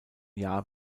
jahr